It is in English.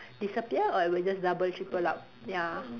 disappear or it will double triple up ya